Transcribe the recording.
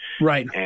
right